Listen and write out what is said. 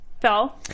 Phil